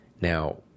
Now